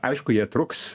aišku jie truks